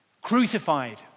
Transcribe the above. crucified